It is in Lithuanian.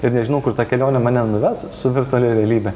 ir nežinau kur ta kelionė mane nuves su virtualia realybe